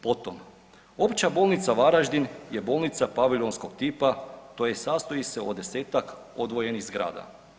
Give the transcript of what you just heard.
Potom, Opća bolnica Varaždin je bolnica paviljonskog tipa tj. sastoji se od desetak odvojenih zgrada.